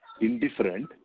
indifferent